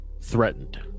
threatened